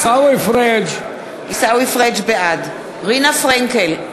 פריג' בעד רינה פרנקל,